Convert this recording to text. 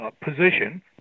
position